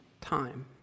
time